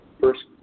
first